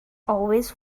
always